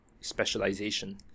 specialization